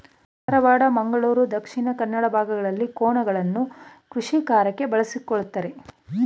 ಧಾರವಾಡ, ಮಂಗಳೂರು ದಕ್ಷಿಣ ಕನ್ನಡ ಭಾಗಗಳಲ್ಲಿ ಕೋಣಗಳನ್ನು ಕೃಷಿಕಾರ್ಯಕ್ಕೆ ಬಳಸ್ಕೊಳತರೆ